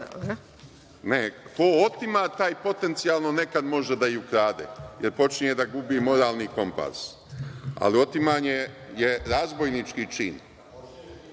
Majo. Ko otima, taj potencijalno nekad može i da ukrade, jer počinje da gubi moralni kompas, ali otimanje je razbojnički